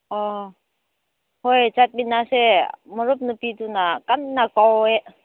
ꯑꯣ ꯍꯣꯏ ꯆꯠꯃꯤꯟꯅꯁꯦ ꯃꯔꯨꯞ ꯅꯨꯄꯤꯗꯨꯅ ꯀꯟꯅ ꯀꯧꯋꯦ